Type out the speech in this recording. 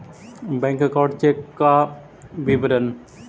Bank account check का विवरण?